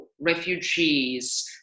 refugees